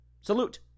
salute